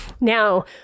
Now